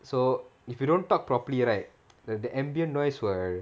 so if you don't talk properly right the ambient noise will